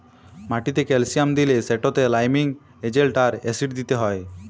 মাটিতে ক্যালসিয়াম দিলে সেটতে লাইমিং এজেল্ট আর অ্যাসিড দিতে হ্যয়